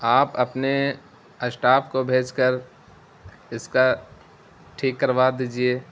آپ اپنے اشٹاف کو بھیج کر اس کا ٹھیک کروا دیجیے